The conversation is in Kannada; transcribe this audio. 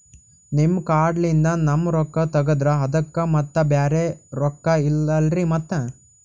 ನಿಮ್ ಕಾರ್ಡ್ ಲಿಂದ ನಮ್ ರೊಕ್ಕ ತಗದ್ರ ಅದಕ್ಕ ಮತ್ತ ಬ್ಯಾರೆ ರೊಕ್ಕ ಇಲ್ಲಲ್ರಿ ಮತ್ತ?